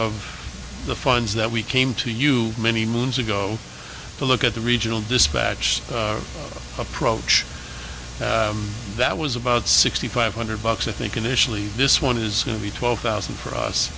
of the funds that we came to you many moons ago to look at the regional dispatch approach that was about sixty five hundred bucks i think initially this one is going to be twelve thousand for us